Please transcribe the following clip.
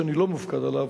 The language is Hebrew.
שאני לא מופקד עליו,